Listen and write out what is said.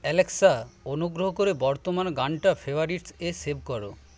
Alexa অনুগ্রহ করে বর্তমান গানটা ফেভারিটসে সেভ করো